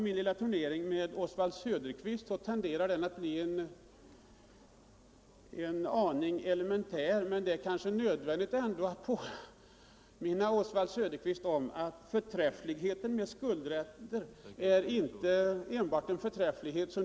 Min turnering med Oswald Söderqvist tenderar att bli en aning elementär, men det kanske ändå är nödvändigt att påminna om att skuldräntor inte enbart visar förträfflighet.